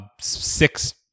Six